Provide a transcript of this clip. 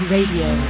Radio